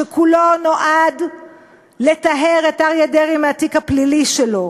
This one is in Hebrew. שכולו נועד לטהר את אריה דרעי מהתיק הפלילי שלו